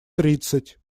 тридцать